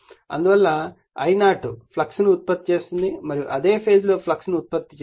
అందువల్ల I0 flux ను ఉత్పత్తి చేస్తుంది మరియు అదే ఫేజ్ లో ఫ్లక్స్ ను ఉత్పత్తి చేస్తుంది